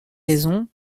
raisons